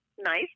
nice